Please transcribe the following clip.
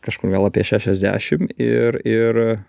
kažkur gal apie šešiasdešim ir ir